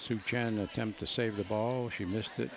soup jan attempt to save the ball he missed that